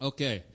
Okay